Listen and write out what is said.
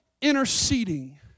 interceding